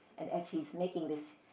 and as he's making this,